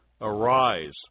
Arise